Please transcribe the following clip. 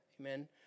amen